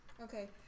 Okay